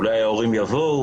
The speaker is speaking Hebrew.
אולי ההורים יבואו,